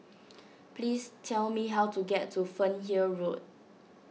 please tell me how to get to Fernhill Road